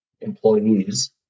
employees